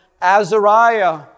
Azariah